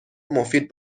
مفید